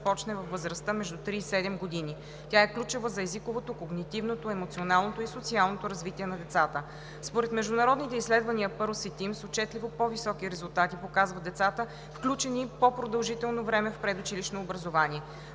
PIRLS и TIMSS отчетливо по-високи резултати показват децата включени по-продължително време в предучилищно образование.